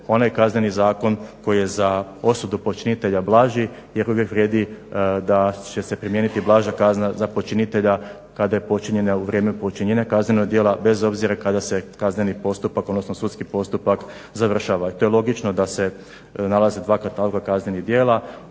onaj Kazneni zakon koji je za osudu počinitelja blaži iako uvijek vrijedi da će se primijeniti blaža kazna za počinitelja kada je počinjenja u vrijeme počinjenja kaznenog djela bez obzira kada se kazneni postupak odnosno sudski postupak završava. To je logično da se nalaze dva kataloga kaznenih djela.